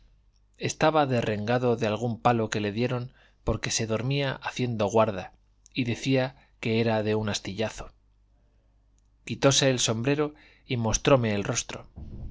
estaba derrengado de algún palo que le dieron porque se dormía haciendo guarda y decía que era de un astillazo quitóse el sombrero y mostróme el rostro